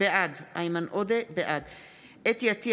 בעד חוה אתי עטייה,